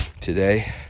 today